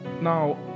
Now